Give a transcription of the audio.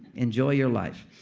enjoy your life